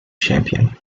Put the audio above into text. champion